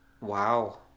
Wow